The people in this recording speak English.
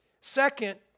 Second